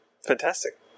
Fantastic